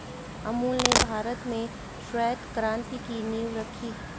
अमूल ने भारत में श्वेत क्रान्ति की नींव रखी